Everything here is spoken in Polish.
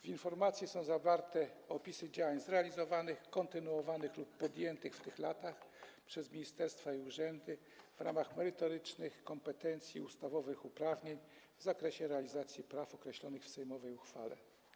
W informacjach są zawarte opisy działań zrealizowanych, kontynuowanych lub podjętych w tych latach przez ministerstwa i urzędy w ramach ich merytorycznych kompetencji, ustawowych uprawnień w zakresie realizacji praw określonych w sejmowej uchwale.